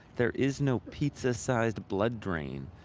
there is no pizza-sized blood drain.